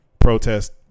protest